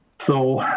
so